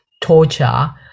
torture